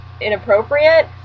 inappropriate